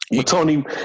Tony